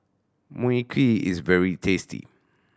Mui Kee is very tasty